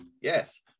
yes